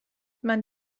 man